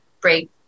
break